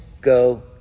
go